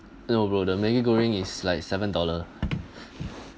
no bro the maggi goreng is like seven dollar